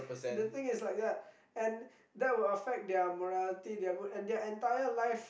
the thing is like that and that would affect their morality their mood and their entire life